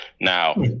Now